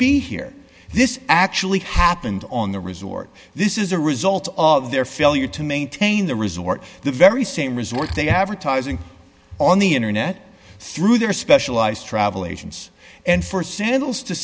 be here this actually happened on the resort this is a result of their failure to maintain the resort the very same resort they have or ties in on the internet through their specialized travel agents and for sandals to